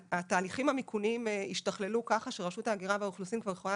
התהליכים המיכוניים השתכללו ככה שרשות ההגירה והאוכלוסין כבר יכולה